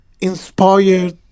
inspired